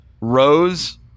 Rose